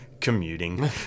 commuting